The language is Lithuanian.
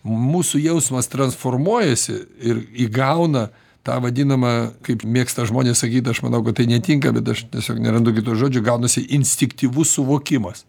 mūsų jausmas transformuojasi ir įgauna tą vadinamą kaip mėgsta žmonės sakyt aš manau kad tai netinka bet aš tiesiog nerandu žodžių gaunasi instinktyvus suvokimas